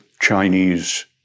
Chinese